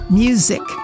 music